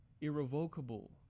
irrevocable